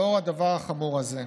לנוכח הדבר החמור הזה.